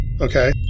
okay